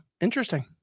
interesting